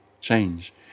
change